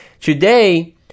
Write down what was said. Today